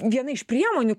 viena iš priemonių